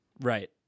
right